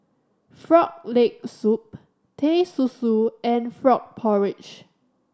Frog Leg Soup Teh Susu and frog porridge